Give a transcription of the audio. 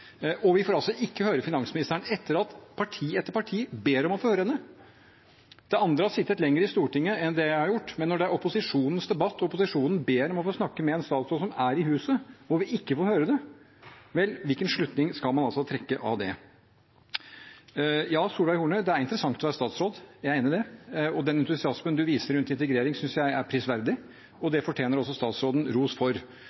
Og vi får altså ikke høre finansministeren – etter at parti etter parti har bedt om å få høre henne! Andre har sittet lenger i Stortinget enn det jeg har gjort, men når det er opposisjonens debatt og opposisjonen ber om å få snakke med en statsråd som er i huset, og vi ikke får det – vel, hvilken slutning skal man trekke av det? Ja, Solveig Horne, det er interessant å være statsråd, jeg er enig i det, og den entusiasmen du viser rundt integrering, synes jeg er prisverdig, og det fortjener også statsråden ros for.